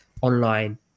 online